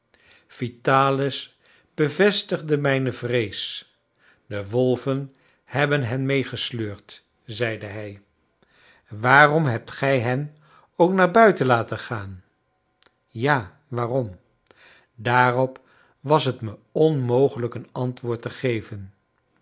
vitalis bevestigde mijne vrees de wolven hebben hen meegesleurd zeide hij waarom hebt gij hen ook naar buiten laten gaan ja waarom daarop was het me onmogelijk een antwoord te geven